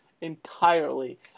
entirely